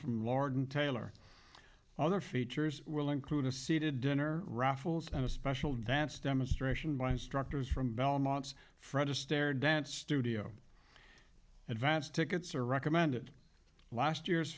from lord and taylor all their features will include a seated dinner ruffles and a special dance demonstration by instructors from belmont's fred astaire dance studio advance tickets are recommended last year's